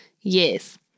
Yes